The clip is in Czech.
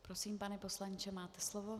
Prosím, pane poslanče, máte slovo.